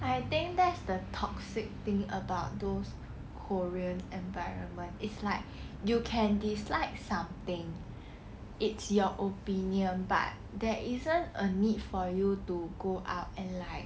I think that's the toxic thing about those korean environment it's like you can dislike something it's your opinion but there isn't a need for you to go up and like